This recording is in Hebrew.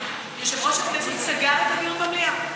יושב-ראש הכנסת סגר את הדיון במליאה.